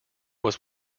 was